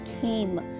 came